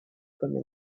comme